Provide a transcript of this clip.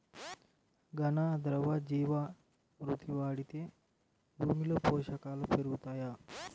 ఘన, ద్రవ జీవా మృతి వాడితే భూమిలో పోషకాలు పెరుగుతాయా?